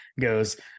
goes